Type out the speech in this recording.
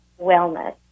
wellness